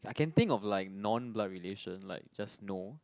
I can think of like non blood relation like just no